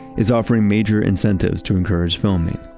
is offering major incentives to encourage filming.